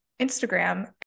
Instagram